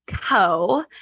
co